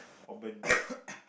or burn